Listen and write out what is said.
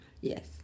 Yes